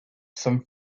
some